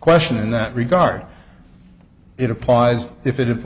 question in that regard it applies if it if